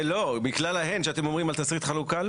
לא, בגלל ההן שאתם אומרים על תסריט חלוקה.